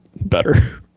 better